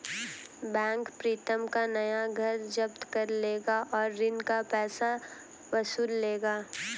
bank Pritam का नया घर जब्त कर लेगा और ऋण का पैसा वसूल लेगा